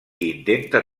intenta